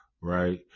right